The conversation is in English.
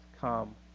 come